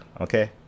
okay